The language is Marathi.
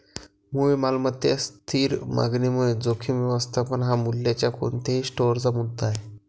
मूळ मालमत्तेच्या स्थिर मागणीमुळे जोखीम व्यवस्थापन हा मूल्याच्या कोणत्याही स्टोअरचा मुद्दा आहे